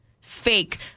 fake